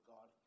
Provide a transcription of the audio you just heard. God